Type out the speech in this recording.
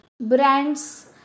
brands